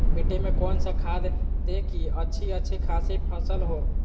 मिट्टी में कौन सा खाद दे की अच्छी अच्छी खासी फसल हो?